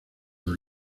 del